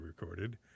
recorded